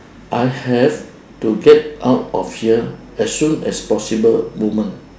I have to get out of here as soon as possible moment